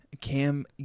Cam